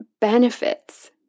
benefits